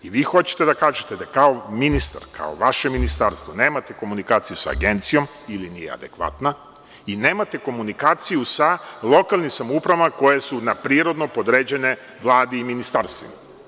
Vi hoćete da kažete da, kao ministar, kao vaše Ministarstvo, nemate komunikaciju sa Agencijom, ili nije adekvatna i nemate komunikaciju sa lokalnim samoupravama koje su prirodno podređene Vladi i Ministarstvu.